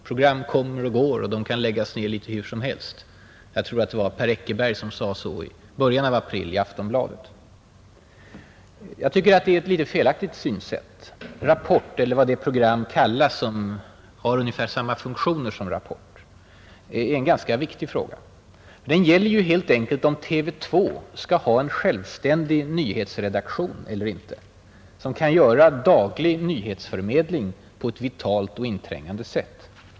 Program kommer och går, och de kan läggas ned litet hur som helst. Jag tror att det var Per Eckerberg som sade så i början av april i Aftonbladet. Jag tycker att det är ett felaktigt synsätt, Frågan om Rapport — eller vad det program kallas som har ungefär samma funktioner som Rapport — är ganska viktig. Det gäller ju helt enkelt om TV 2 skall ha en självständig nyhetsredaktion, som kan göra daglig nyhetsförmedling på ett vitalt och inträngande sätt.